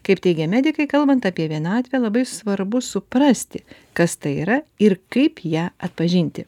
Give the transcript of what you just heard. kaip teigia medikai kalbant apie vienatvę labai svarbu suprasti kas tai yra ir kaip ją atpažinti